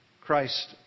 Christ